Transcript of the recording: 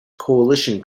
coalition